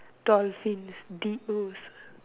dolphin is D O